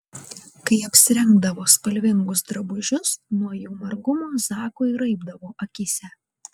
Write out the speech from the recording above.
kai apsirengdavo spalvingus drabužius nuo jų margumo zakui raibdavo akyse